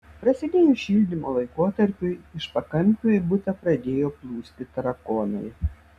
prasidėjus šildymo laikotarpiui iš pakampių į butą pradėjo plūsti tarakonai